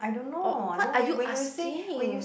oh what are you asking